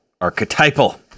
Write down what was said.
archetypal